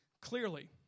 clearly